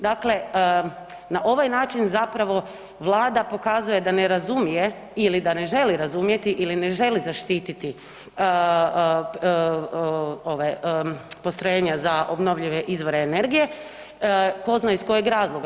Dakle, na ovaj način zapravo Vlada pokazuje da ne razumije ili da ne želi razumjeti ili ne želi zaštititi postrojenja za obnovljive izvore energije, ko zna iz kojeg razloga.